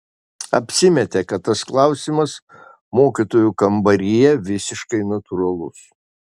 apsimetė kad tas klausimas mokytojų kambaryje visiškai natūralus